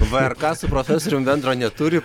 vrk su profesorium bendro neturi